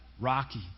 Rocky